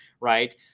right